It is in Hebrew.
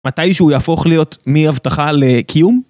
מתי שהוא יהפוך להיות מהבטחה לקיום?